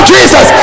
Jesus